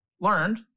learned